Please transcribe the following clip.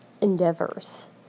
endeavors